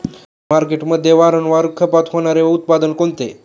मार्केटमध्ये वारंवार खपत होणारे उत्पादन कोणते?